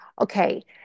okay